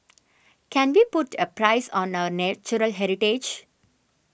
can we put a price on our natural heritage